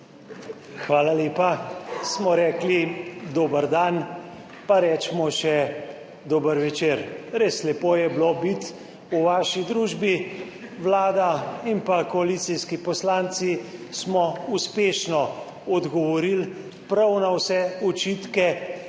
Hvala lepa. Smo rekli dober dan pa recimo še dober večer! Res je bilo lepo biti v vaši družbi. Vlada in koalicijski poslanci smo uspešno odgovorili prav na vse očitke